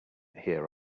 hear